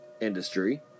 industry